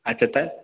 আচ্ছা তা